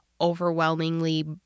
overwhelmingly